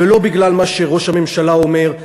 ולא בגלל מה שראש הממשלה אומר.